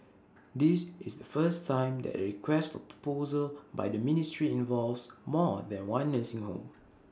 this is the first time that A request for proposal by the ministry involves more than one nursing home